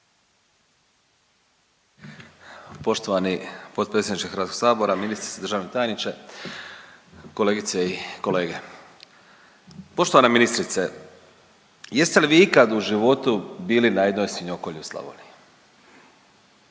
Poštovani potpredsjedniče Hrvatskog sabora, ministrice, državni tajniče, kolegice i kolege. Poštovana ministrice jeste li vi ikad u životu bili na jednoj svinjokolji u Slavoniji?